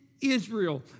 Israel